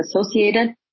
associated